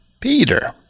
Peter